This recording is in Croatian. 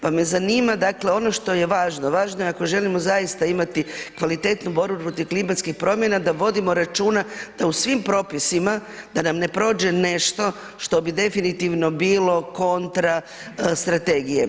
Pa me zanima dakle ono što je važno, važno je ako želimo zaista imati kvalitetnu borbu protiv klimatskih promjena da vodimo računa da u svim propisima, da nam ne prođe nešto što bi definitivno bilo kontra strategije.